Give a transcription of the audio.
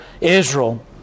israel